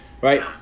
right